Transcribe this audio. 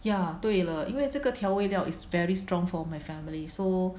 ya 对了因为这个调味料 is very strong for my family so